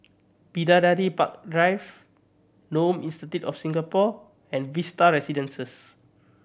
Bidadari Park Drive Nome Institute of Singapore and Vista Residences